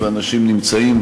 ואנשים נמצאים,